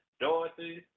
Dorothy